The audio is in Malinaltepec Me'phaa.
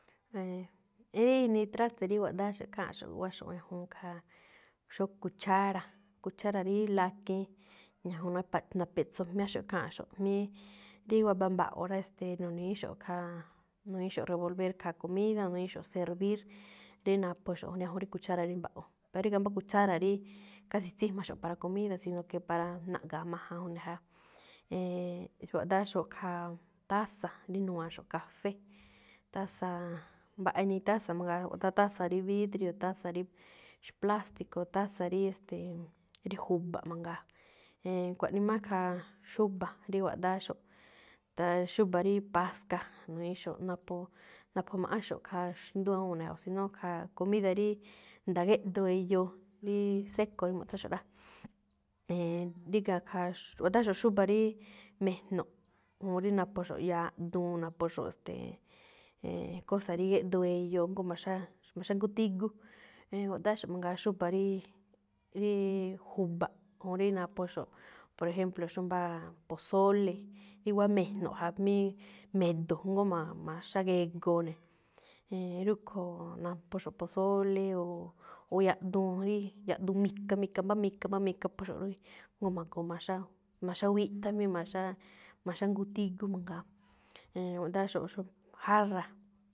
traste rí guaꞌdááxo̱ꞌ kháanꞌxo̱ꞌ guwáxo̱ꞌ ñajuun khaa, xóo cuchara, cuchara rí lakiin ñajuun napaꞌ-napeꞌtso jmiáxo̱ꞌ kháaꞌxo̱ꞌ. Jmíí rí waba mba̱ꞌo̱ rá, e̱ste̱e̱, nu̱ni̱íxo̱ꞌ khaa, nu̱ñi̱íxo̱ꞌ revolver khaa comida, nu̱ñi̱íxo̱ꞌ servir rí naꞌphoxo̱ꞌ ñajuun rí cuchara rí mba̱ꞌo̱. Ríga̱ mbá cuchara rí, casi tsíjmaxo̱ꞌ para comida, sino que para naꞌga̱a majan o yaja. E̱e̱n guaꞌdááxo̱ꞌ khaa taza rí nuwa̱a̱nxo̱ꞌ café, tasa̱a̱, mbaꞌa inii taza mangaa, gúꞌdoꞌ taza rí vidrio, taza rí, xú plástico, taza rí, e̱ste̱e̱, rí ju̱ba̱ꞌ mangaa. E̱e̱n, kuaꞌnii má khaa xúba̱ rí guaꞌdááxo̱ꞌ. xúba̱ rí paska, nu̱ñi̱íxo̱ꞌ napho, naphomaꞌánxo̱ꞌ khaa xndú awúun ne̱ ja- o si no, khaa comida rí nda̱a̱ géꞌdoo eyoo, ríí seco rí ma̱ꞌthánxo̱ꞌ rá. E̱e̱n, ríga̱ khaa, xx- guaꞌdááxo̱ꞌ xúba̱ rí me̱jno̱ꞌ, o rí naphoxo̱ꞌ yaꞌduun, naphoxo̱ꞌ, ste̱e̱, e̱e̱n cosa rí géꞌdoo eyoo, jngó ma̱xá-ma̱xángútígú, e̱e̱n, guaꞌdááxo̱ꞌ mangaa xúba̱ ríí-ríí ju̱ba̱ꞌ. O rí naphoxo̱ꞌ, por ejmplo, xóo mbáa pozole, rí wáá me̱jno̱ꞌ ja, jmí me̱do̱ jngó ma̱-ma̱xágegoo ne̱. E̱e̱n, rúꞌkho̱o̱, naphoxo̱ꞌ posóóle̱, o yaꞌduun rí, yaꞌduun mika, mika, mbá mika, mbá mika mphóxo̱ꞌ, jngó ma̱goo ma̱xá-ma̱xáwiꞌthá jmí ma̱xá-ma̱xángutígú mangaa. E̱e̱n, guaꞌdááxo̱ꞌ xóo jarra.